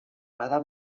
bada